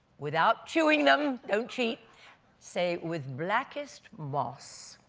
without chewing them don't cheat say with blackest moss.